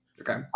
Okay